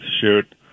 Shoot